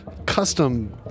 custom